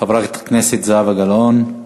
חברת הכנסת זהבה גלאון.